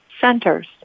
centers